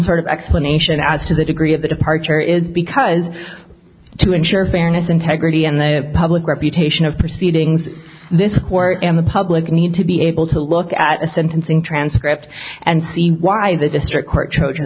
sort of explanation as to the degree of the departure is because to ensure fairness integrity and the public reputation of proceedings this court and the public need to be able to look at a sentencing transcript and see why the district court ch